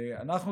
כן, הבנו, הבנו.